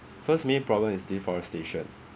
first main problem is deforestation